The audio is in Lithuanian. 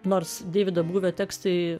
nors deivido būvio tekstai